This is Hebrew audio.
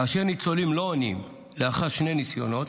כאשר ניצולים לא עונים לאחר שני ניסיונות,